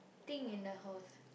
thing in the house